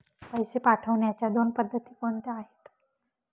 पैसे पाठवण्याच्या दोन पद्धती कोणत्या आहेत?